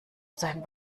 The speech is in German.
sein